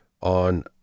on